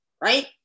right